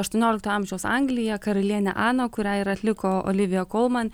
aštuoniolikto amžiaus angliją karalienę aną kurią ir atliko olivija kolman